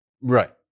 right